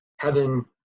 Heaven